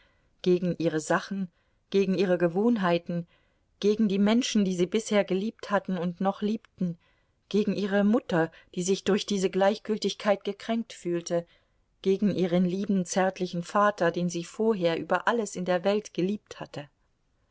gegen ihre sachen gegen ihre gewohnheiten gegen die menschen die sie bisher geliebt hatten und noch liebten gegen ihre mutter die sich durch diese gleichgültigkeit gekränkt fühlte gegen ihren lieben zärtlichen vater den sie vorher über alles in der welt geliebt hatte